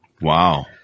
Wow